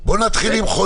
עם נתונים.